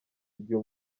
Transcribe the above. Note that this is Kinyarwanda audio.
igihe